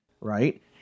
right